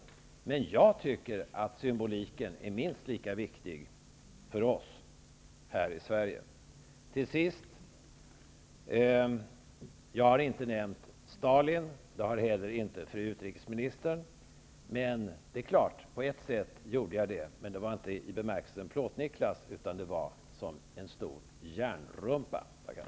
Men jag tycker att symboliken är minst lika viktig för oss här i Sverige. Till sist. Jag har inte nämnt Stalin, och det har heller inte fru utrikeministern. Men det är klart att jag på ett sätt gjorde det, men då inte i bemärkelsen Plåtniklas utan som en stor järnrumpa. Tackar.